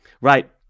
right